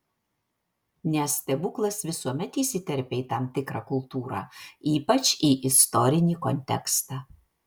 nes stebuklas visuomet įsiterpia į tam tikrą kultūrą ypač į istorinį kontekstą